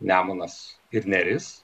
nemunas ir neris